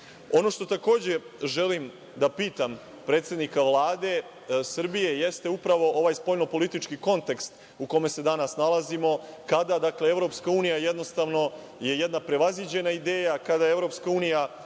što takođe želim da pitam predsednika Vlade Srbije jeste upravo ovaj spoljno-politički kontekst u kome se danas nalazimo, kada je EU jednostavno jedna prevaziđena ideja, kada EU više nije